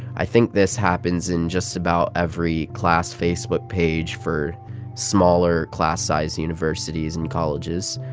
i think this happens in just about every class facebook page for smaller class-size universities and colleges.